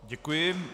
Děkuji.